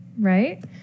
right